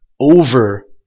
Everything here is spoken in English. over